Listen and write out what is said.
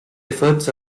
efforts